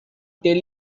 tell